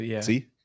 See